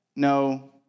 No